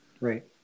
Right